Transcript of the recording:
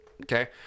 okay